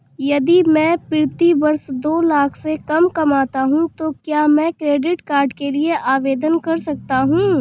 यदि मैं प्रति वर्ष दो लाख से कम कमाता हूँ तो क्या मैं क्रेडिट कार्ड के लिए आवेदन कर सकता हूँ?